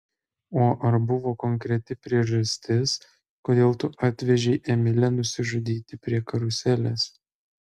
o ar buvo konkreti priežastis kodėl tu atvežei emilę nusižudyti prie karuselės